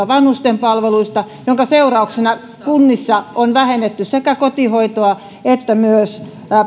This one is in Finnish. vanhusten palveluista minkä seurauksena kunnissa on vähennetty sekä kotihoitoa että myös